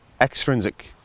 extrinsic